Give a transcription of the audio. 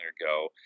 ago